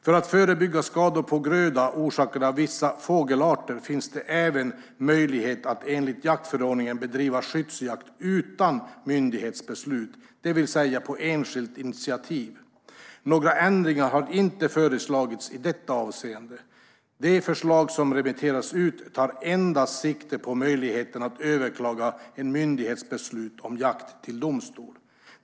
För att förebygga skador på gröda orsakade av vissa fågelarter finns det även möjlighet att enligt jaktförordningen bedriva skyddsjakt utan myndighetsbeslut, det vill säga på enskilt initiativ. Några ändringar har inte föreslagits i detta avseende. Det förslag som remitterats ut tar endast sikte på möjligheten att överklaga en myndighets beslut om jakt till domstol.